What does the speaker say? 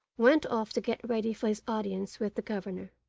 went off to get ready for his audience with the governor.